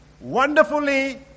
wonderfully